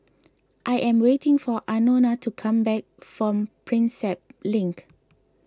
I am waiting for Anona to come back from Prinsep Link